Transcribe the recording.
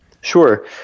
Sure